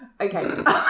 Okay